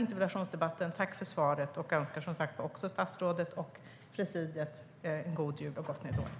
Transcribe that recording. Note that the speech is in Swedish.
Jag tackar för svaret och debatten och önskar statsrådet och presidiet en god jul och ett gott nytt år.